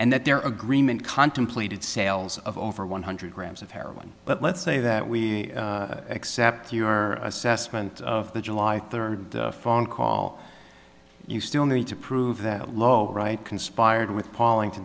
and that their agreement contemplated sales of over one hundred grams of heroin but let's say that we accept your assessment of the july third phone call you still need to prove that lho right conspired with palling to